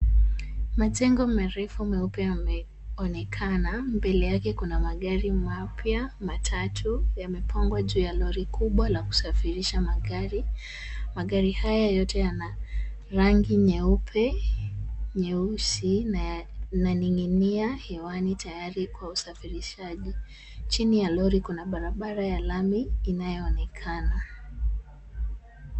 Majengo marefu meupe yameonekana. Mbele yake kuna magari mapya matatu. Yamepangwa juu ya lori kubwa la kusafirisha magari. Magari haya yote yana rangi nyeupe, nyeusi na yananing'inia hewani tayari kwa usafirishaji. Chini ya lori kuna barabara ya lami inayoonekana.